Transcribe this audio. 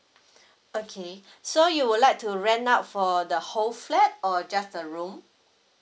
okay so you would like to rent out for the whole flat or just a room